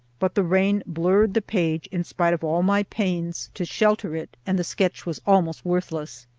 but the rain blurred the page in spite of all my pains to shelter it, and the sketch was almost worthless.